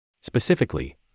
Specifically